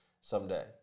someday